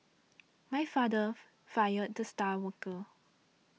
my father fired the star worker